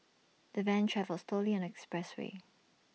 the van travelled slowly on expressway